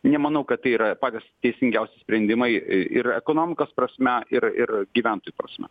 nemanau kad tai yra patys teisingiausi sprendimai ir ekonomikos prasme ir ir gyventojų prasme